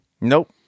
Nope